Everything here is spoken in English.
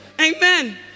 Amen